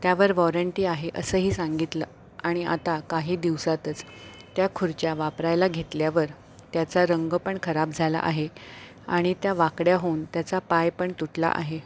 त्यावर वॉरंटी आहे असंही सांगितलं आणि आता काही दिवसातच त्या खुर्च्या वापरायला घेतल्यावर त्याचा रंग पण खराब झाला आहे आणि त्या वाकड्या होऊन त्याचा पाय पण तुटला आहे